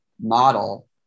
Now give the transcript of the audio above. model